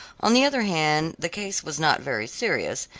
on the other hand the case was not very serious,